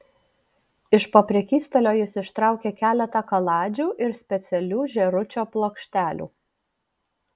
iš po prekystalio jis ištraukė keletą kaladžių ir specialių žėručio plokštelių